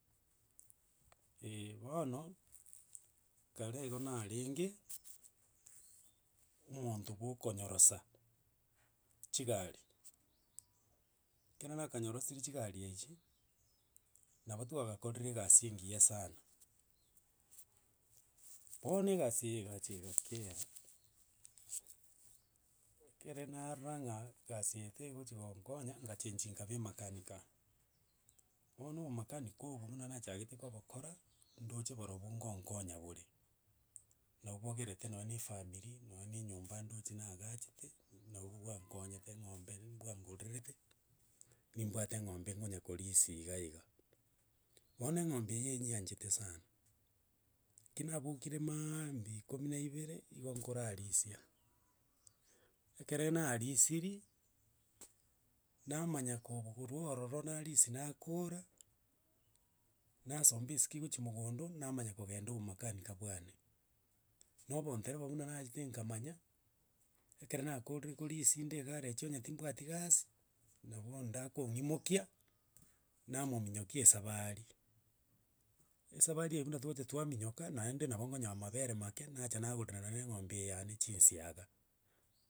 bono, kare igo narenge, omonto gwokonyorosa chigari ekero nakanyarosire chigari echi, nabo twagakorire egasi engiya sana, bono egasi eye egacha egakea ekere narora ng'a egasi eye tegochikonkonya ngachenchi nkaba emakanika. Bono obomakanika obo buna nachagete kobokora, ndoche borobwo gonkonya bore, nabu bogerete nonye na efamiri, nonye enyomba ndoche naagachete, nabwo bwankonyete, eng'ombe bwangorerete, nimbwate eng'ombe ngonya korisia iga iga. Bono eng'ombe eye nyeanchete sana, kinabokire maambiaaa ikomi na ibere, igo nkorarisia ekere narisirie, namanya kobu korwa ororo narisia nakora, nasomba esike gochia mogondo, namanya kogenda obomakanika bwane. Na obondereba buna nachete nkamanya, ekero nakorire korisia nde egaraji onye timbwati gasi, nabu bono onde akong'imokia, namomonyokia esabari. Esabari eye buna togocha twaminyoka naende nabo ngonyora mabere make, nacha nagorera nonye na eng'ombe eye yane chinsiaga.